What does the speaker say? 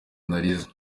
narize